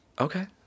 Okay